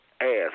ass